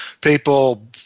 People